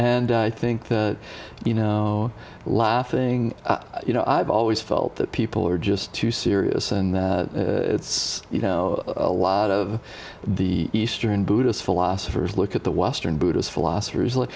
and i think you know laughing you know i've always felt that people are just too serious and it's you know a lot of the eastern buddhist philosophers look at the western buddhist philosophers like